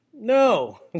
No